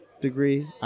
degree